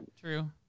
true